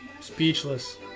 speechless